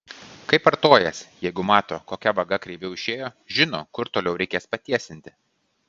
kaip artojas jeigu mato kokia vaga kreiviau išėjo žino kur toliau reikės patiesinti